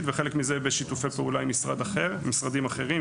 וחלק משיתופי פעולה עם משרדים אחרים,